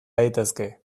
daitezke